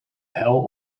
hel